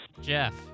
Jeff